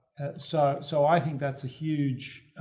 so, so i think that's a huge,